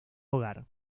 hogar